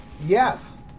Yes